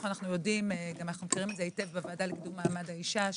אנו ידעים גם מכירים את זה היטב בוועדה לקידום מעמד האשה,